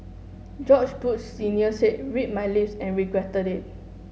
George Bush Senior said read my lips and regretted it